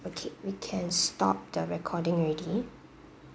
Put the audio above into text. okay we can stop the recording already